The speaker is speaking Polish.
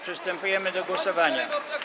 Przystępujemy do głosowania.